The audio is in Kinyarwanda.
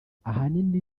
ahanini